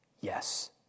Yes